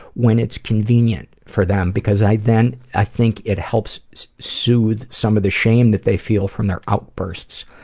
when it's convenient for them, because i then, i think it helps soothe some of the shame that they feel from their outbursts.